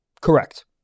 Correct